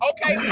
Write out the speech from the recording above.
Okay